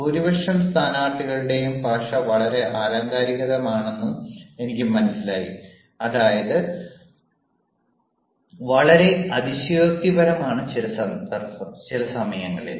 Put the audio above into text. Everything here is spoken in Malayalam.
ഭൂരിപക്ഷം സ്ഥാനാർത്ഥികളുടെയും ഭാഷ വളരെ ആലങ്കാരികമാണെന്നും എനിക്ക് മനസ്സിലായി അതായത് വളരെ അതിശയോക്തിപരമാണ് ചില സമയങ്ങളിൽ